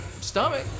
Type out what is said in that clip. stomach